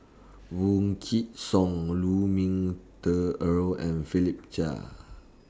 Song Lu Ming Teh Earl and Philip Chia